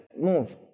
move